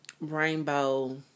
rainbow